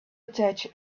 attach